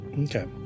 Okay